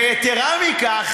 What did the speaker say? ויתרה מכך,